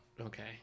Okay